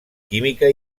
química